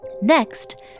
Next